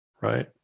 right